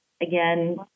Again